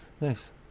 Nice